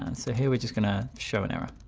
and so here we're just going to show an error.